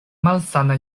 malsana